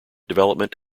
development